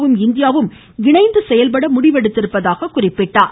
வும் இந்தியாவும் இணைந்து செயல்பட முடிவெடுத்துள்ளதாக கூறினார்